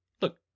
Look